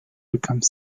become